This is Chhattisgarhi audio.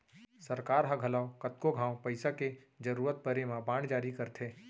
सरकार ह घलौ कतको घांव पइसा के जरूरत परे म बांड जारी करथे